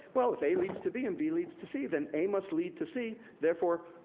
well if a leads to b, and b leads to c then a must lead to c, therefore,